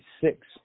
six